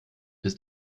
ist